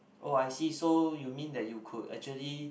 oh I see so you mean that you could actually